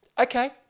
Okay